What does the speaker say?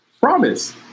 Promise